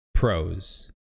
pros